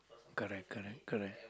correct correct correct